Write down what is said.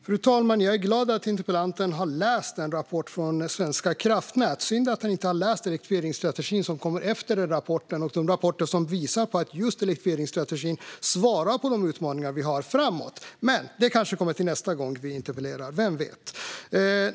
Fru talman! Jag är glad att interpellanten har läst en rapport från Svenska kraftnät. Men det är synd att han inte har läst elektrifieringsstrategin, som kom efter den rapporten, och de rapporter som visar på att just elektrifieringsstrategin svarar på de utmaningar vi har framöver. Men det kanske kommer nästa gång vi har interpellationsdebatt - vem vet?